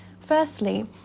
Firstly